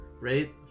right